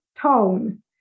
tone